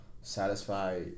satisfy